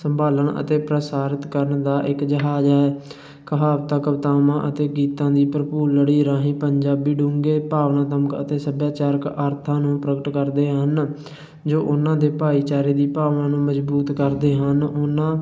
ਸੰਭਾਲਣ ਅਤੇ ਪ੍ਰਸਾਰਿਤ ਕਰਨ ਦਾ ਇੱਕ ਜਹਾਜ਼ ਹੈ ਕਹਾਵਤਾਂ ਕਵਿਤਾਵਾਂ ਅਤੇ ਗੀਤਾਂ ਦੀ ਭਰਪੂਰ ਲੜੀ ਰਾਹੀਂ ਪੰਜਾਬੀ ਡੂੰਘੇ ਭਾਵਨਾ ਤੁੰਗ ਅਤੇ ਸਭਿਆਚਾਰਕ ਆਦਤਾਂ ਨੂੰ ਪ੍ਰਗਟ ਕਰਦੇ ਹਨ ਜੋ ਉਹਨਾਂ ਦੇ ਭਾਈਚਾਰੇ ਦੀ ਭਾਵਨਾ ਨੂੰ ਮਜ਼ਬੂਤ ਕਰਦੇ ਹਨ ਉਹਨਾਂ